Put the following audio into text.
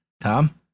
Tom